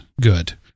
good